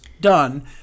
done